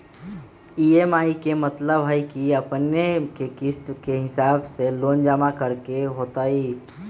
EMI के मतलब है कि अपने के किस्त के हिसाब से लोन जमा करे के होतेई?